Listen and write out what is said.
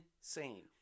insane